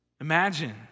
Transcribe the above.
Imagine